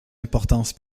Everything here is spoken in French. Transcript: importance